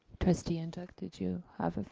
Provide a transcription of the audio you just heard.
trustee ah ntuk did you have